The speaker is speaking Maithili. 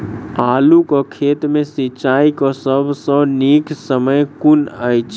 आलु केँ खेत मे सिंचाई केँ सबसँ नीक समय कुन अछि?